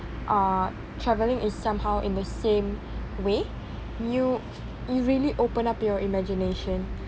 uh travelling is somehow in the same way you you really open up your imagination